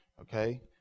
okay